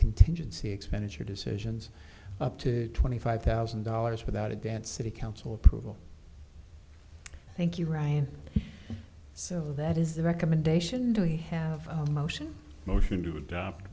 contingency expenditure decisions up to twenty five thousand dollars without advance city council approval thank you ryan so that is the recommendation do we have a motion motion to adopt